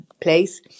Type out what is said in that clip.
place